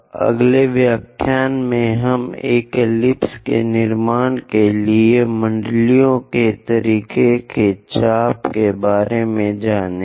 अगले व्याख्यान में हम एक एलिप्स के निर्माण के लिए मंडलियों के तरीकों के चाप के बारे में जानेंगे